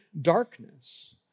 darkness